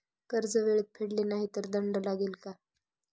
कर्ज वेळेत फेडले नाही तर दंड लागेल का?